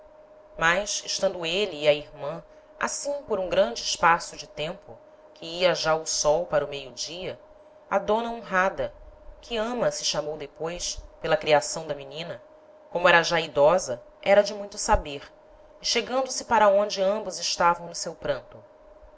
mas estando êle e a irman assim por um grande espaço de tempo que ia já o sol para o meio-dia a dona honrada que ama se chamou depois pela criação da menina como era já idosa era de muito saber e chegando-se para onde ambos estavam no seu pranto